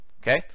Okay